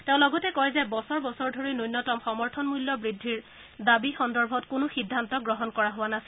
তেওঁ লগতে কয় বছৰ বছৰ ধৰি ন্যনতম সমৰ্থন মূল্য বৃদ্ধিৰ দাবী সন্দৰ্ভত কোনো সিদ্ধান্ত গ্ৰহণ কৰা হোৱা নাছিল